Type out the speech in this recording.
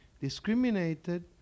discriminated